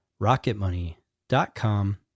rocketmoney.com